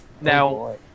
Now